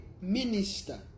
minister